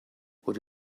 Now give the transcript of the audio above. would